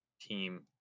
team